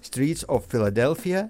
stryts of filadelfija